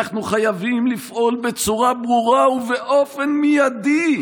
אנחנו חייבים לפעול בצורה ברורה ובאופן מיידי,